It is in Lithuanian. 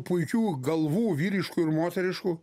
puikių galvų vyriškų ir moteriškų